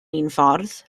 unffordd